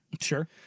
Sure